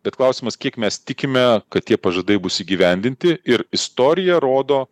bet klausimas kiek mes tikime kad tie pažadai bus įgyvendinti ir istorija rodo